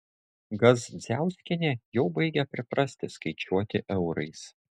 gazdziauskienė jau baigia priprasti skaičiuoti eurais